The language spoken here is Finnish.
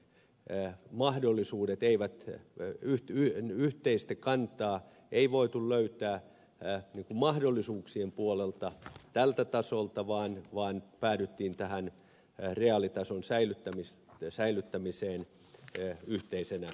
en mahdollisuudet eivät ryhtyneet yhteistä kantaa ei voitu löytää mahdollisuuksien puolelta tältä tasolta vaan päädyttiin tähän reaalitason säilyttämiseen yhteisenä kantana